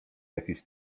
jakiś